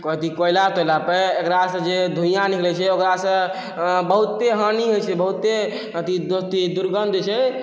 अथी कोयला तोयलापर एकरासँ जे धुइयाँ निकलै छै ओकरासँ बहुते हानि होइ छै बहुते अथी दुर्गन्ध छै